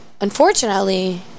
unfortunately